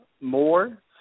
more